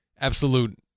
absolute